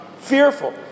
fearful